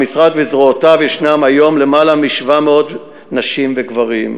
במשרד וזרועותיו יש היום למעלה מ-700 נשים וגברים: